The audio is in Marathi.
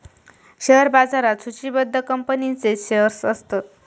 शेअर बाजारात सुचिबद्ध कंपनींचेच शेअर्स असतत